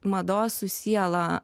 mados su siela